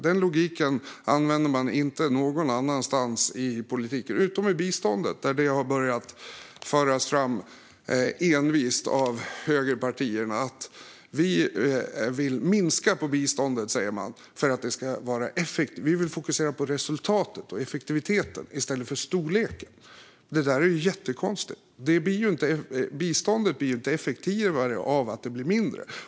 Den logiken används inte någon annanstans i politiken än när det gäller biståndet, där detta har börjat föras fram envist av högerpartierna. De säger att de vill minska på biståndet och fokusera på resultatet och effektiviteten i stället för på storleken. Det där är ju jättekonstigt. Biståndet blir inte effektivare av att det blir mindre.